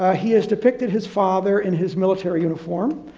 ah he has depicted his father in his military uniform.